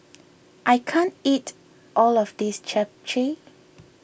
I can't eat all of this Japchae